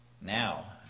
Now